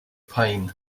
pain